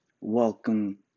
welcome